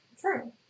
True